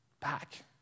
back